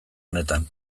honetan